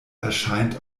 erscheint